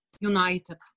united